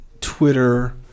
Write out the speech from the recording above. twitter